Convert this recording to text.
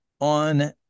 on